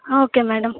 okay madam